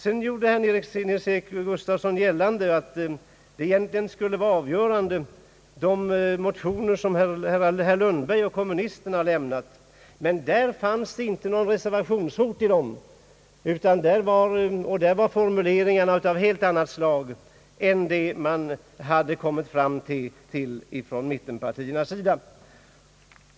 Vidare gjorde herr Nils-Eric Gustafsson gällande att de motioner som herr Lundberg och kommunisterna har lämnat egentligen skulle vara avgörande, men där fanns inget reservationshot. Formuleringarna var av helt annat slag än vad mittenpartierna hade kommit fram till.